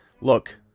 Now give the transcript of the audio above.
look